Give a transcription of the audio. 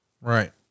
Right